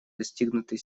достигнутый